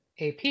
AP